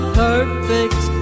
perfect